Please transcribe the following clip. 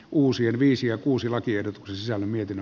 uusien viisi ja kuusi lakiehdotuksessa mietin